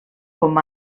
com